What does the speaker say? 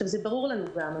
זה ברור לנו, גם.